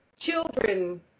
children